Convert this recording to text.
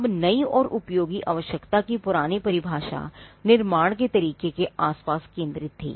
अब नई और उपयोगी आवश्यकता की पुरानी परिभाषा निर्माण के तरीके के आसपास केंद्रित थी